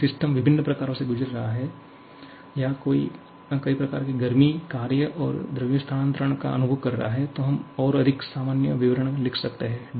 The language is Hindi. यदि सिस्टम विभिन्न प्रकारों से गुजर रहा है या कई प्रकार की गर्मी कार्य और द्रव्यमान स्थानांतरण का अनुभव कर रहा है तो हम और अधिक सामान्य विवरण लिख सकते हैं